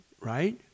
right